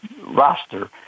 roster